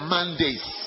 Mondays